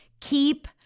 keep